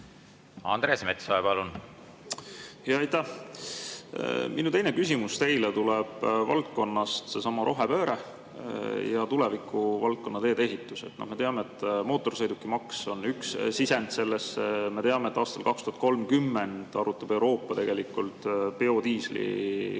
Andres Metsoja, palun! Aitäh! Minu teine küsimus teile tuleb valdkonnast seesama rohepööre ja tuleviku teedeehitus. Me teame, et mootorsõidukimaks on üks sisend sellesse. Ka teame, et aastal 2030 arutab Euroopa tegelikult biodiisli kasutamise